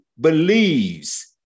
believes